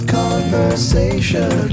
conversation